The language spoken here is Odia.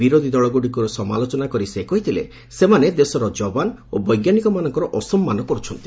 ବିରୋଧୀ ଦଳଗୁଡିକର ସମାଲୋଚନା କରି ସେ କହିଥିଲେ ସେମାନେ ଦେଶର ଯବାନ ଓ ବୈଜ୍ଞାନିକମାନଙ୍କର ଅସମ୍ମାନ କର୍ ଚ୍ଚନ୍ତି